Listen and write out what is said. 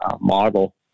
model